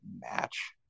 match